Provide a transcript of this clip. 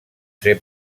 ser